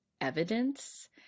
evidence